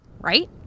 right